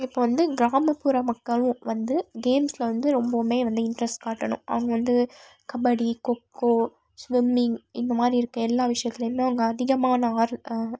இப்போ வந்து கிராமப்புற மக்களும் வந்து கேம்ஸில் வந்து ரொம்பவுமே வந்து இன்ட்ரெஸ்ட் காட்டணும் அவங்க வந்து கபடி கோக்கோ ஸ்விம்மிங் இந்த மாதிரி இருக்க எல்லா விஷயத்துலேயும் அவங்க அதிகமான ஆர்